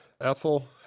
Ethel